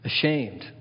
ashamed